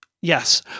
Yes